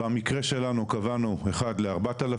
במקרה שלנו קבענו אחד לארבעת אלפים